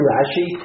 Rashi